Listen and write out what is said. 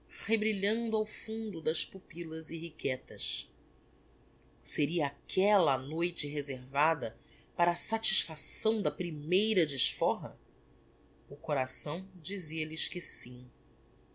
rebrilhando ao fundo das pupillas irrequietas seria aquella a noite reservada para a satisfacção da primeira desforra o coração dizia lhes